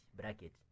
bracket